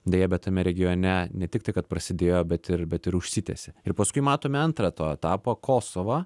deja bet tame regione ne tik tai kad prasidėjo bet ir bet ir užsitęsė ir paskui matome antrą to etapo kosovą